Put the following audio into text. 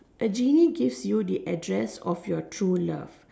a genie gives you an address of your true love